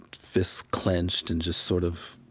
fists clenched and just sort of,